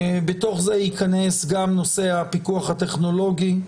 בתוך זה ייכנס גם נושא הפיקוח הטכנולוגי.